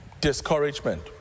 discouragement